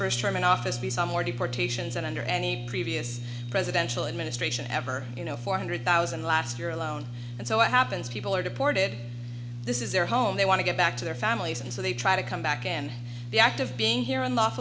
first term in office the some more deportations and under any previous presidential administration ever you know four hundred thousand last year alone and so what happens people are deported this is their home they want to get back to their families and so they try to come back and the act of being here